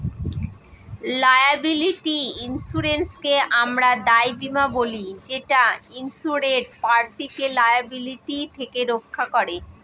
liability ইন্সুরেন্সকে আমরা দায় বীমা বলি যেটা ইন্সুরেড পার্টিকে লায়াবিলিটি থেকে রক্ষা করে